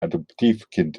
adoptivkind